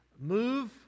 move